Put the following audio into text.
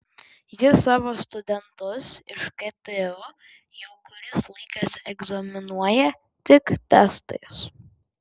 jis savo studentus iš ktu jau kuris laikas egzaminuoja tik testais